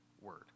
word